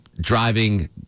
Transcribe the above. Driving